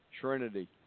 trinity